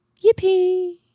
Yippee